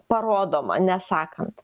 parodoma nesakant